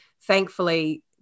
thankfully